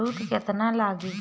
सूद केतना लागी?